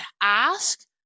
ask